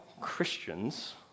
Christians